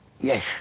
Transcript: yes